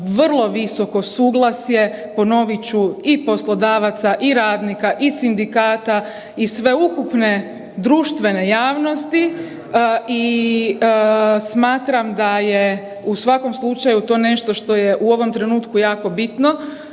vrlo visoko suglasje, ponovit ću i poslodavaca i radnika i sindikata i sveukupne društvene javnosti i smatram da je u svakom slučaju to nešto što je u ovom trenutku jako bitno